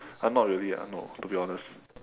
uh not really ah no to be honest